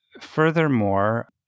Furthermore